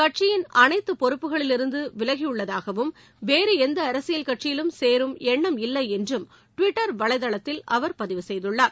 கட்சியின் அனைத்து பொறுப்புகளில் இருந்தும் விலகியுள்ளதாகவும் வேறு எந்த அரசியல் கட்சியிலும் சேரும் எண்ணம் இல்லை என்றும் டுவிட்டர் வலைதளத்தில் அவர் பதிவு செய்துள்ளார்